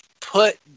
put